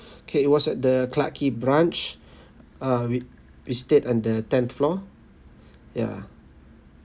okay it was at the clarke quay branch uh we we stayed on the tenth floor ya